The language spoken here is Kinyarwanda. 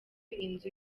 inzu